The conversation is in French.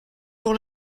pour